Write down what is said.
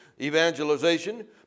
evangelization